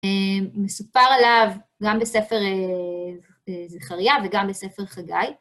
מסופר עליו גם בספר זכריה וגם בספר חגי.